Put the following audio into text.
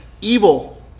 evil